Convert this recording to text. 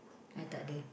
I tak ada